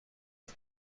نیس